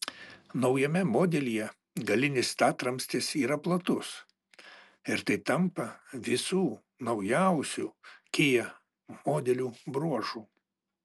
naujame modelyje galinis statramstis yra platus ir tai tampa visų naujausių kia modelių bruožu